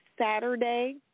Saturday